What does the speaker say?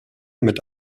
mit